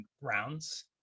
rounds